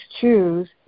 choose